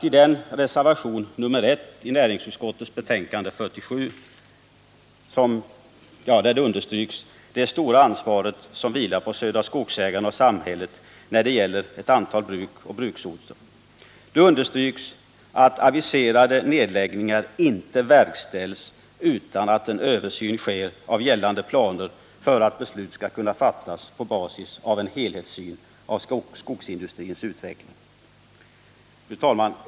I reservation nr I i näringsutskottets betänkande 47 understryks det stora ansvar som vilar på Södra Skogsägarna AB och samhället när det gäller ett antal bruk och bruksorter. Det understryks att de aviserade nedläggningarna inte bör ske utan att en översyn görs av gällande planer för att beslut skall kunna fattas på basis av en helhetssyn på skogsindustrins utveckling. Fru talman!